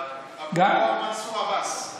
מנסור עבאס,